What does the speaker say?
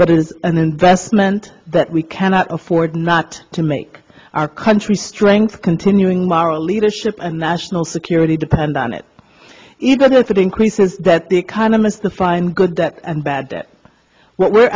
but it is an investment that we cannot afford not to make our country strength continuing moral leadership and national security depend on it even if it increases that the economy is to find good and bad that w